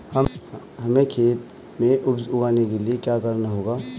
हमें खेत में उपज उगाने के लिये क्या करना होगा?